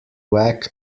whack